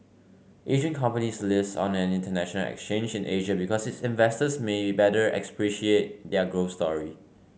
Asian companies list on an international exchange in Asia because its investors may better appreciate their growth story